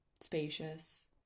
spacious